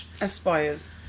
aspires